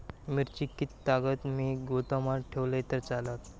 मिरची कीततागत मी गोदामात ठेवलंय तर चालात?